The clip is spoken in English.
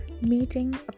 meeting